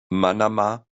manama